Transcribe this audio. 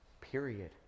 period